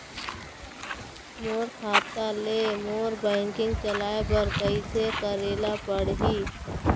मोर खाता ले मोर बैंकिंग चलाए बर कइसे करेला पढ़ही?